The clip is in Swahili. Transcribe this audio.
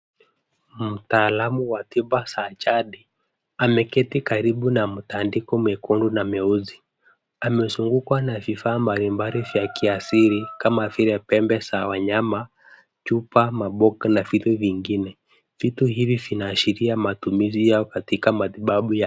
Mtaalamu wa tiba za jadi, ameketi karibu na mtandiko mwekundu na mweusi. Amezungukwa na vifaa mbali mbali vya kiasili, kama vile pembe za wanyama, chupa, maboko na vitu vingine. Vitu hivi vinaashiria matumizi yao katika matibabu yao.